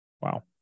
Wow